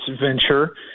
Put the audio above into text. venture